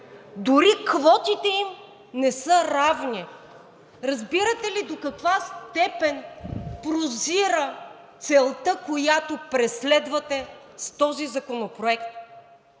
Дори квотите им не са равни! Разбирате ли до каква степен прозира целта, която преследвате с този законопроект?